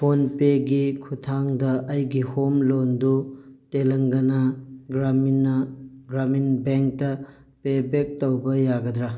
phone ꯄꯦꯒꯤ ꯈꯨꯠꯊꯥꯡꯗ ꯑꯩꯒꯤ ꯍꯣꯝ ꯂꯣꯟꯗꯨ ꯇꯦꯂꯪꯒꯥꯅ ꯒ꯭ꯔꯥꯃꯤꯅꯥ ꯒ꯭ꯔꯥꯃꯤꯟ ꯕꯦꯡꯀꯇ ꯄꯦ ꯕꯦꯛ ꯇꯧꯕ ꯌꯥꯒꯗ꯭ꯔꯥ